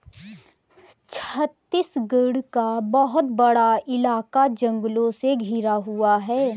छत्तीसगढ़ का बहुत बड़ा इलाका जंगलों से घिरा हुआ है